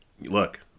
look